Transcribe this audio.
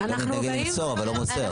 הוא לא מתנגד למסור, אבל לא מוסר.